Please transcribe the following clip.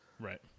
Right